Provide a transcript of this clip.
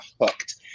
hooked